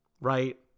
right